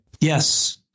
Yes